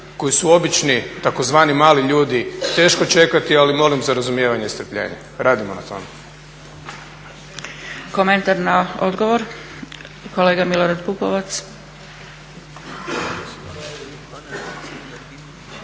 koji su obični tzv. mali ljudi teško čekati, ali molim za razumijevanje i strpljenje. Radimo na tome. **Zgrebec, Dragica (SDP)** Komentar za odgovor, kolega Milorad Pupovac. **Pupovac,